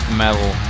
metal